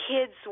kids